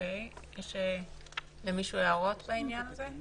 האם יש למישהו הערות בעניין הזה?